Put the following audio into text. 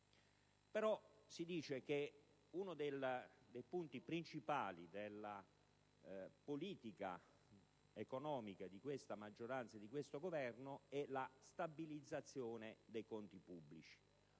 però che uno dei punti principali della politica economica di questa maggioranza e di questo Governo sia la stabilizzazione dei conti pubblici.